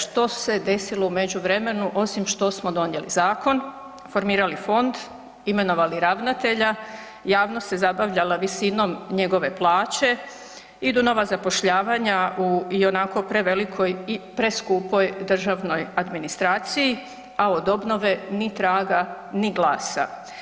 Što se desilo u međuvremenu, osim što smo donijeli zakon, formirali fond, imenovali ravnatelja, javnost se zabavljala visinom njegove plaće, idu nova zapošljavanja u ionako prevelikoj i preskupoj državnoj administraciji, a od obnove ni traga ni glasa.